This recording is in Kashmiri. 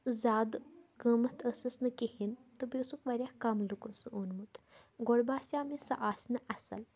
زیادٕ قۭمَتھ ٲسٕس نہٕ کِہیٖنۍ تہٕ بیٚیہِ اوسُکھ واریاہ کَم لُکو سُہ اوٚنمُت گۄڈٕ باسیٛاو مےٚ سُہ آسہِ نہٕ اَصٕل